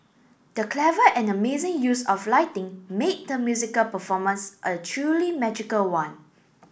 the clever and amazing use of lighting made the musical performance a truly magical one